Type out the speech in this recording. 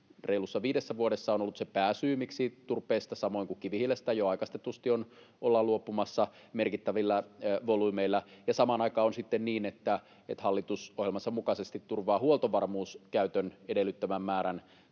reilussa viidessä vuodessa on ollut se pääsyy, miksi turpeesta, samoin kuin kivihiilestä, jo aikaistetusti ollaan luopumassa merkittävillä volyymeilla. Samaan aikaan on sitten niin, että hallitus ohjelmansa mukaisesti turvaa huoltovarmuuskäytön edellyttämän määrän polttoturpeen